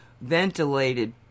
ventilated